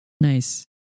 Nice